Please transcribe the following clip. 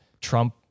Trump